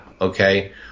Okay